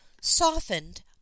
softened